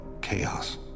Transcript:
chaos